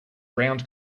round